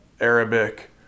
Arabic